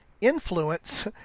influence